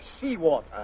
seawater